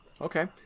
Okay